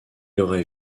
aurait